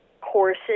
courses